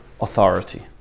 authority